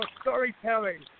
storytelling